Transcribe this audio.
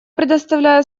предоставляю